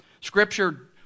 scripture